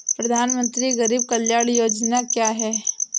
प्रधानमंत्री गरीब कल्याण जमा योजना क्या है?